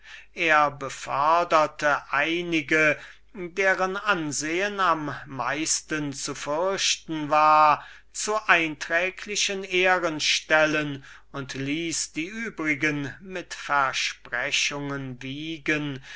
er beförderte einige von denen deren ansehen am meisten zu fürchten war zu einträglichen ehrenstellen und ließ die übrigen mit versprechungen wiegen